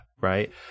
right